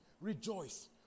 Rejoice